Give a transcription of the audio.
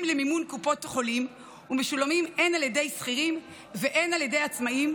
למימון קופות החולים ומשולמים הן על ידי שכירים והן על ידי עצמאים,